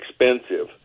expensive